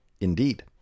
Indeed